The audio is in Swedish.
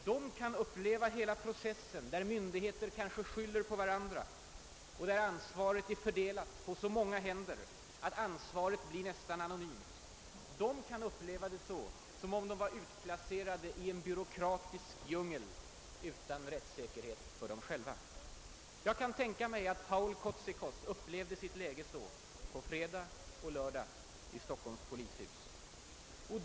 De kan uppleva hela processen, där myndigheter kanske skyller på varandra och där ansvaret är fördelat på så många händer att det blir nästan anonymt, som om de var utplacerade i en byråkratisk djungel utan rättssäkerhet för dem själva. Jag kan tänka mig att Paul Kotzikos upplevde sitt läge så på fredag och lördag i Stockholms polishus.